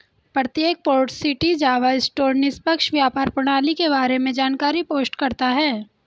प्रत्येक port city Java store निष्पक्ष व्यापार प्रणाली के बारे में जानकारी पोस्ट करता है